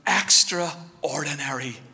extraordinary